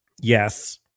Yes